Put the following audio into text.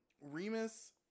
Remus